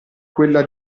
quella